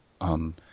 on